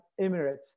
Emirates